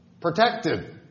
protected